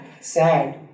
sad